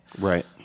Right